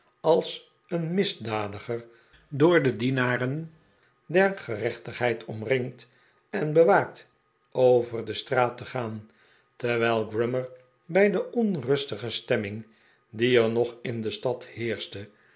als een misdadiger door de dienaren der gerechtigheid omringd en bewaakt over de straat te gaan terwijl grummer bij de onrustige stemming die er nog in de stad heexschte